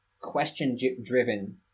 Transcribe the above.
question-driven